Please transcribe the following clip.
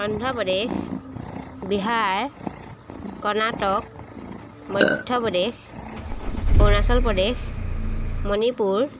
Andhra Pradesh Bihar Karnataka Madhya Pradesh Arunachal Pradesh Manipur